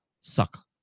suck